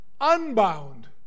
unbound